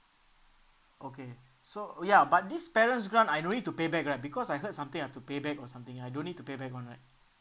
okay so ya but this parents grant I no need to pay back right because I heard something I have to pay back or something I don't need to pay back one right